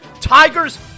Tigers